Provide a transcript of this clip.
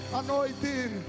anointing